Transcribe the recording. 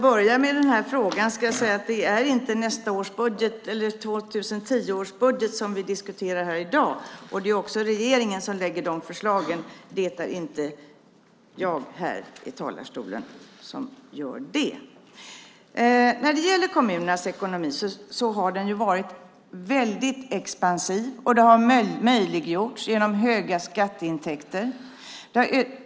Herr talman! Jag börjar med den sista frågan. Det är inte 2010 års budget som vi diskuterar här i dag. Det är också regeringen som lägger fram de förslagen. Det är inte jag som gör det här i talarstolen. Kommunernas ekonomi har varit väldigt expansiv. Det har möjliggjorts genom höga skatteintäkter.